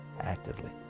actively